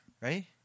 Right